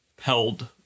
held